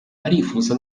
arifuza